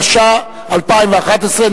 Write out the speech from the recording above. התשע"א 2011,